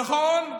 נכון,